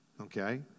Okay